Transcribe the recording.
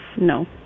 no